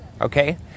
okay